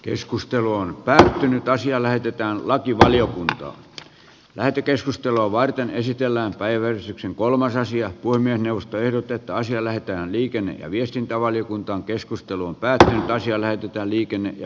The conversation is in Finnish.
keskustelu on päättynyt ja asia lähetetään lakivaliokuntaankaa lähetekeskustelua varten esitellään päiväksi kolmas asia kuin minusta ehdotetaan kielletään liikenne ja viestintävaliokuntan keskustelun päätä asia näytetään liikenne ja